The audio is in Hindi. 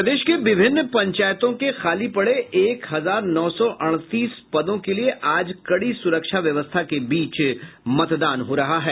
प्रदेश के विभिन पंचायतों के खाली पड़े एक हजार नौ सौ अड़तीस पदों के लिए आज कड़ी सुरक्षा व्यवस्था के बीच मतदान हो रहा है